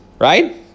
right